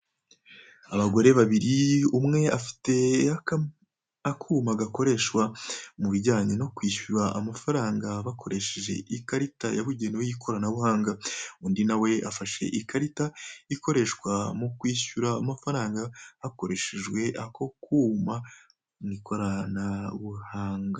Abagore babiri, umwe afite akuma gakoreshwa mu bijyanye no kwishyura amafaranga bakoresheje ikarita yabugenewe y'ikoranabuhanga, undi nawe afashe ikarita ikoreshwa mu kwishyura amafaranga hakoreshejwe ako kuma mu ikoranabuhanga.